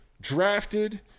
drafted